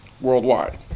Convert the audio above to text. worldwide